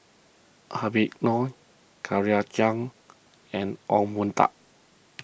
Habib Noh Claire Chiang and Ong Boon Tat